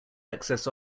excess